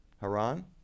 Haran